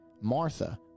Martha